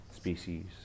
species